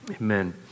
Amen